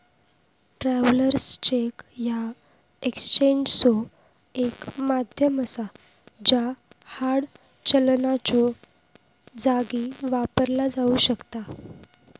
travellers cheque ह्या एक्सचेंजचो एक माध्यम असा ज्या हार्ड चलनाच्यो जागी वापरला जाऊ शकता